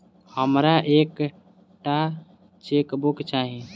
हमरा एक टा चेकबुक चाहि